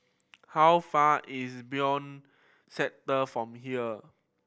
how far is Benoi Sector from here